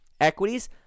Equities